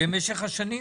במשך השנים?